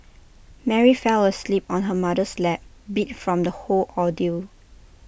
Mary fell asleep on her mother's lap beat from the whole ordeal